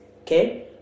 okay